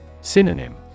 Synonym